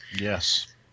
Yes